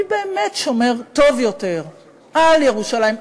מי באמת שומר טוב יותר על ירושלים,